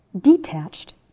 detached